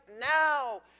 now